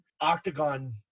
Octagon